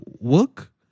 work